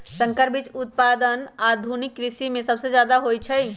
संकर बीज उत्पादन आधुनिक कृषि में सबसे जादे होई छई